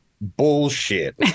Bullshit